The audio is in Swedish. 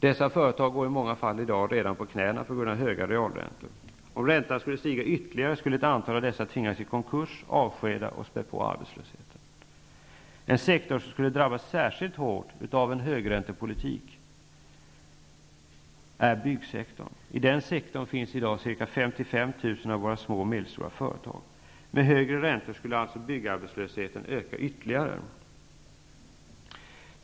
Dessa företag går i många fall redan i dag på knäna på grund av höga realräntor. Om räntan skulle stiga ytterligare, skulle ett antal av dessa företag tvingas i konkurs, tvingas avskeda personal och på så sätt späda på arbetslösheten. En sektor som skulle drabba särskilt hårt av en högräntepolitik är bygsektorn. I denna sektor finns ca 55 000 av våra små och medelstora företag. Med högre räntor skulle alltså byggarbetslösheten öka ytterligare.